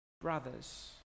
brothers